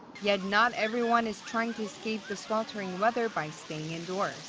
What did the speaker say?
yet not everyone is trying to escape the sweltering weather by staying indoors.